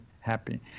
Happy